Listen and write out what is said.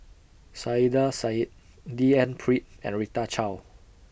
Saiedah Said D N Pritt and Rita Chao